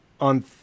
On